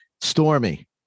Stormy